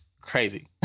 crazy